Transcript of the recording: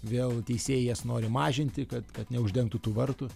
vėl teisėjai jas nori mažinti kad kad neuždengtų tų vartų